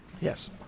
yes